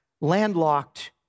landlocked